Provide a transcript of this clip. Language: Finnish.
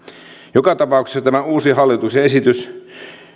joka tapauksessa tämä uusi hallituksen esitys